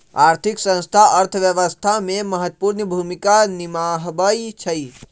आर्थिक संस्थान अर्थव्यवस्था में महत्वपूर्ण भूमिका निमाहबइ छइ